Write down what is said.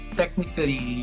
technically